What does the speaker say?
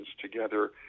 together